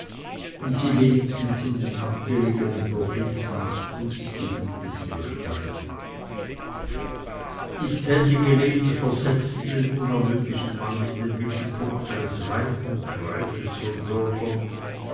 wie sie wenigstens in den abgelegenen provinzen des kunstgebietes bestand dies tätige leben versetzte den unermüdlichen mann in den mittelpunkt eines weiten kreises von bürgern